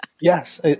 yes